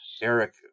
Eric